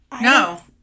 No